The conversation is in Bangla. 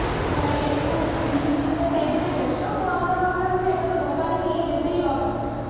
মানে একটু নিচ দিকটা তেবড়ে গেছিল তো আমরা ভাবলাম যে এটা তো দোকানে নিয়ে যেতেই হবে